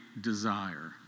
desire